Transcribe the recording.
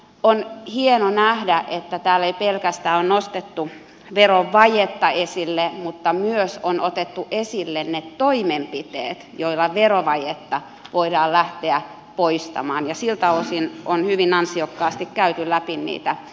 on hienoa nähdä että täällä ei ole nostettu pelkästään verovajetta esille vaan on otettu esille myös ne toimenpiteet joilla verovajetta voidaan lähteä poistamaan ja siltä osin on hyvin ansiokkaasti käyty läpi niitä konsteja